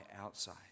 outside